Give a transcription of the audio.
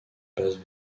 base